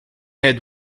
had